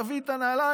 תביא את הנעליים,